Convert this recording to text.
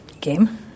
game